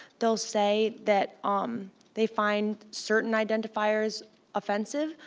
they will say that um they find certain identifiers offensive.